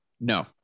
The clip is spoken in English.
No